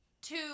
Two